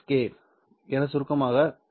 K என சுருக்கமாக B